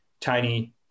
tiny